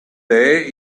day